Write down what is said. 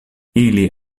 ili